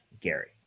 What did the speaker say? gary